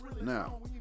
Now